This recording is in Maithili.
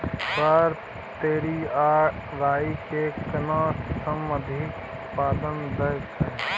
सर तोरी आ राई के केना किस्म अधिक उत्पादन दैय छैय?